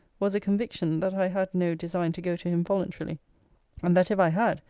was a conviction that i had no design to go to him voluntarily and that if i had,